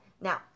Now